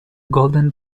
golden